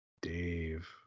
Dave